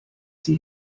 sie